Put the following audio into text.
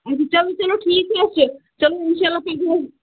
اچھا چلو چلو ٹھیٖک چھُ اَدم کیٛاہ چَلو اِنشاء اَللّٰہ کھٔسۍزیٚو حظ